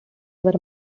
were